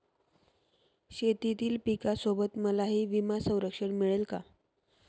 शेतीतील पिकासोबत मलाही विमा संरक्षण मिळेल का?